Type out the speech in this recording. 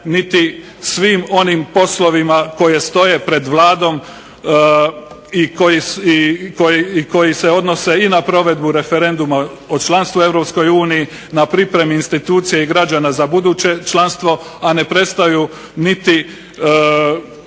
niti svim onim poslovima koje stoje pred vladom i koji se odnose i na provedbu referenduma o članstvu u EU na pripremi institucija i građana za buduće članstvo, a ne prestaju niti